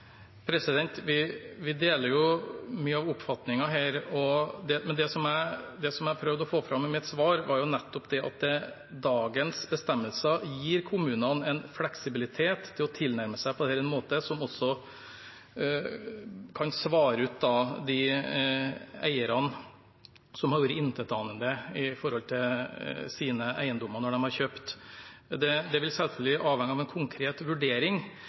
Vi deler jo mye av oppfatningen her. Det jeg prøvde å få fram i mitt svar, var nettopp at dagens bestemmelser gir kommunene en fleksibilitet til å tilnærme seg dette på en måte som også kan svare ut de eierne som har vært intetanende når de har kjøpt sine eiendommer. Det vil selvfølgelig avhenge av en konkret vurdering,